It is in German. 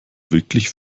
wirklich